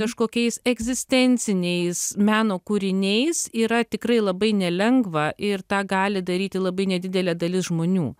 kažkokiais egzistenciniais meno kūriniais yra tikrai labai nelengva ir tą gali daryti labai nedidelė dalis žmonių